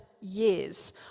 years